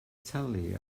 talu